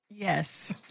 Yes